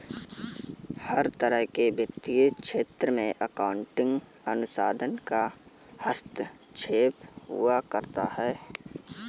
हर तरह के वित्तीय क्षेत्र में अकाउन्टिंग अनुसंधान का हस्तक्षेप हुआ करता है